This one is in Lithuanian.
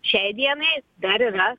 šiai dienai dar yra